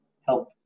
help